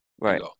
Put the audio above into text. Right